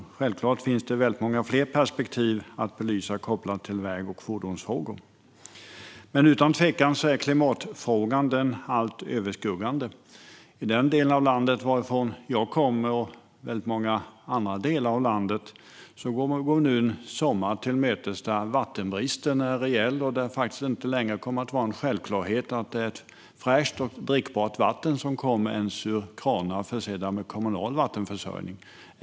Och självklart finns det många fler perspektiv att belysa kopplade till väg och fordonsfrågor. Utan tvivel är klimatfrågan den allt överskuggande frågan. I den del av landet varifrån jag kommer, och i många andra delar av landet, går vi nu sommaren till mötes med en rejäl vattenbrist. Det kommer inte längre att vara en självklarhet att ett fräscht och drickbart vatten kommer ur kranar försedda från den kommunala vattenförsörjningen.